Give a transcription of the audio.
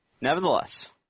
nevertheless